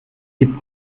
gibt